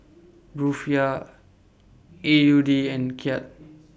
Rufiyaa A U D and Kyat